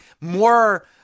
more